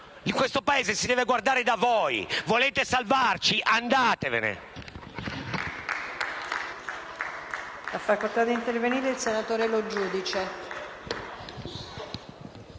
Questo Paese si deve guardare da voi. Volete salvarci? Andatevene.